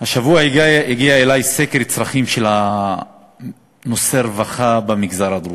השבוע הגיע אלי סקר צרכים בנושא הרווחה במגזר הדרוזי.